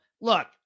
Look